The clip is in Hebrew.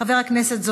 חבר הכנסת דב חנין,